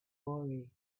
worry